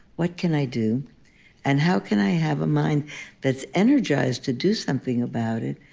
what can i do and how can i have a mind that's energized to do something about it,